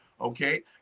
Okay